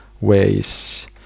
ways